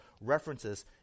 references